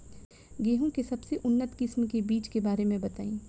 गेहूँ के सबसे उन्नत किस्म के बिज के बारे में बताई?